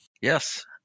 Yes